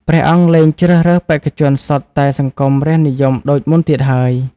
ព្រះអង្គលែងជ្រើសរើសបេក្ខជនសុទ្ធតែសង្គមរាស្ត្រនិយមដូចមុនទៀតហើយ។